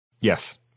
Yes